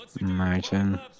Imagine